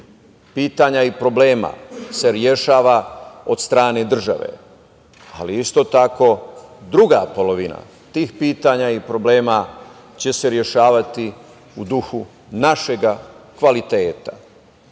pitanja i problema se rešava od strane države, ali isto tako, druga polovina tih pitanja i problema će se rešavati u duhu našeg kvaliteta. Učinili